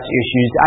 issues